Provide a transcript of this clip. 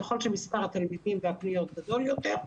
ככל שמספר התלמידים והפניות גדול יותר,